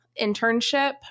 internship